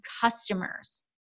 customers